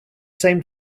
same